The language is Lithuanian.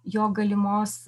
jo galimos